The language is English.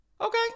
Okay